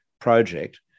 project